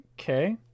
Okay